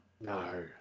No